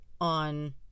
on